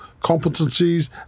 competencies